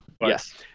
Yes